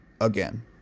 Again